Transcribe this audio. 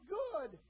good